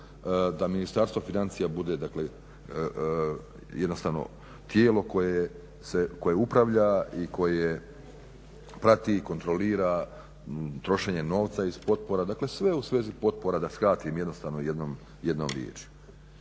da Ministarstvo financija bude dakle jednostavno tijelo koje upravlja i koje prati i kontrolira trošenje novca iz potpora. Dakle, sve u svezi potpora da skratim jednostavnom jednom riječju.